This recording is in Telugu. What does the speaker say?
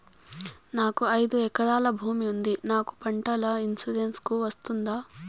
నాకు ఐదు ఎకరాల భూమి ఉంది నాకు పంటల ఇన్సూరెన్సుకు వస్తుందా?